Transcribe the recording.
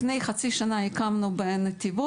לפני חצי שנה הקמנו בנתיבות.